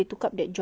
to